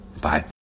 Bye